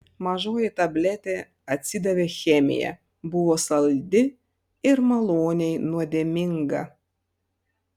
mažoji tabletė atsidavė chemija buvo saldi ir maloniai nuodėminga